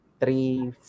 three